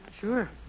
Sure